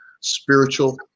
spiritual